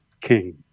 king